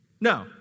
No